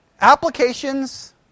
Applications